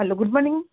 hello good morning